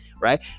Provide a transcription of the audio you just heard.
right